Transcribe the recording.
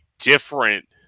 different